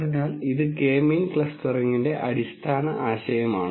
അതിനാൽ ഇത് K means ക്ലസ്റ്ററിംഗിന്റെ അടിസ്ഥാന ആശയമാണ്